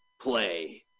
play